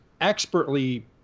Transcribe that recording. expertly